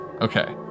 Okay